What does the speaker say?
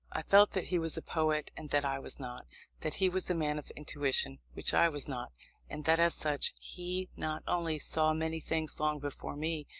i felt that he was a poet, and that i was not that he was a man of intuition, which i was not and that as such, he not only saw many things long before me,